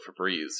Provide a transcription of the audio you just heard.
Febreze